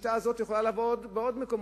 השיטה הזאת יכולה לעבוד בעוד מקומות.